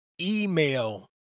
email